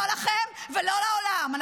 לא לכם ולא לעולם.